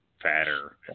fatter